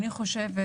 אני חושבת,